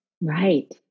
Right